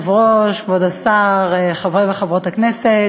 אדוני היושב-ראש, כבוד השר, חברי וחברות הכנסת,